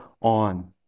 on